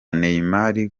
neymar